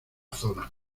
zona